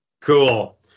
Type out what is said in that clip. Cool